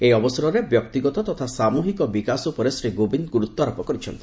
ଏହି ଅବସରରେ ବ୍ୟକ୍ତିଗତ ତଥା ସାମୁହିକ ବିକାଶ ଉପରେ ଶ୍ରୀ କୋବିନ୍ଦ ଗୁରୁତ୍ୱାରୋପ କରିଛନ୍ତି